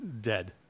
dead